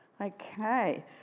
Okay